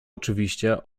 oczywiście